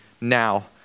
now